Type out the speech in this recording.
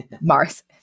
Mars